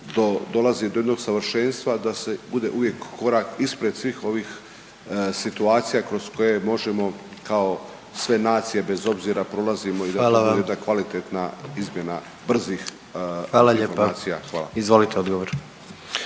dolazi do jednog savršenstva da se bude uvijek korak ispred svih ovih situacija kroz koje možemo kao sve nacije bez obzira prolazimo …/Upadica: Hvala vam./… i da to bude jedna kvalitetna